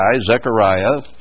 Zechariah